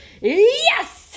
yes